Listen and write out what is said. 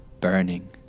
burning